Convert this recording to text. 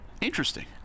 Interesting